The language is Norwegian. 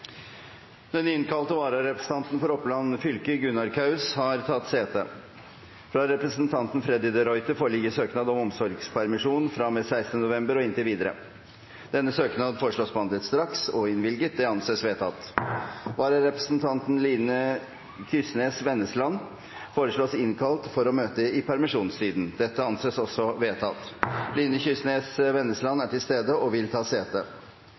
Den innkalte vararepresentanten for Oppland fylke, Gunnar Kaus, har tatt sete. Fra representanten Freddy de Ruiter foreligger søknad om omsorgspermisjon fra og med 16. november og inntil videre. Denne søknad foreslås behandlet straks og innvilget. – Det anses vedtatt. Vararepresentanten, Line Kysnes Vennesland, foreslås innkalt for å møte i permisjonstiden. – Det anses vedtatt. Line Kysnes Vennesland er til stede og vil ta sete.